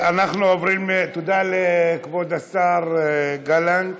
תודה לכבוד השר גלנט.